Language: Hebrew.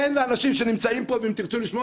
אין לאנשים שנמצאים פה ואם תרצו תשמעו